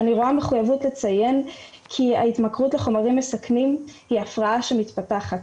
אני רואה מחויבות לציין כי ההתמכרות לחומרים מסכנים היא הפרעה שמתפתחת